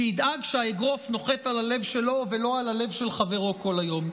שידאג שהאגרוף נוחת על הלב שלו ולא על הלב של חברו כל היום.